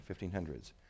1500s